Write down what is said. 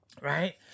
right